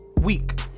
week